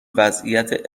وضعیت